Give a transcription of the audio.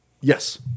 Yes